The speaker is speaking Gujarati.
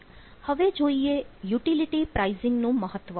હવે જોઈએ યુટીલીટી પ્રાઇસીંગ નું મહત્વ